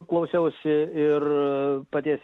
klausiausi ir paties